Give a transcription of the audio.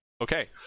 Okay